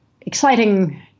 exciting